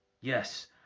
Yes